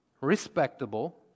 respectable